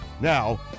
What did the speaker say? Now